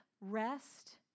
rest